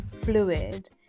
fluid